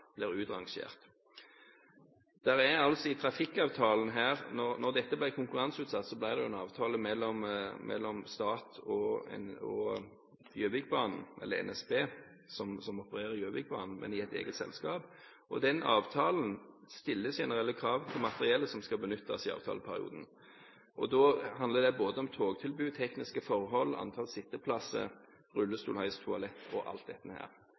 blir utrangert. Da dette ble konkurranseutsatt, ble det en avtale mellom staten og NSB, som opererer Gjøvikbanen, men i et eget selskap. Den avtalen stiller generelle krav til materiellet som skal benyttes i avtaleperioden. Da handler det om både togtilbud, tekniske forhold, antall sitteplasser, rullestolheis, toalett og alt dette.